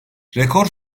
rekor